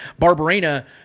Barbarina